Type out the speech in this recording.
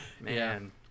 Man